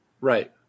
Right